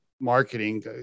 marketing